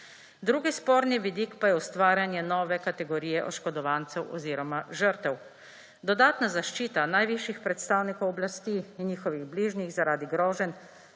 Drugi sporni vidik pa je ustvarjanje nove kategorije oškodovancev oziroma žrtev. Dodatna zaščita najvišjih predstavnikov oblasti in njihovih bližnjih zaradi groženj